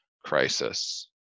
crisis